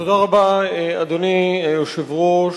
תודה רבה, אדוני היושב-ראש,